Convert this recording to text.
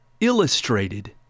illustrated